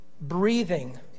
breathing